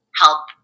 help